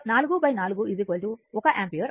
44 1 ampere అవుతుంది